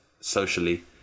socially